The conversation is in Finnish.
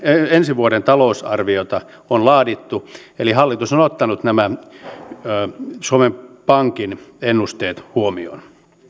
ensi vuoden talousarviota on laadittu eli hallitus on ottanut nämä suomen pankin ennusteet huomioon